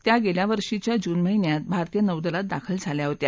त्या गेल्या वर्षीच्या जून महिन्यात भारतीय नौदलात दाखल झाल्या होत्या